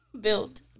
built